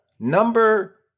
Number